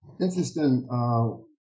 Interesting